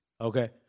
Okay